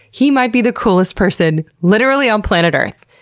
he might be the coolest person, literally, on planet earth.